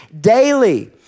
daily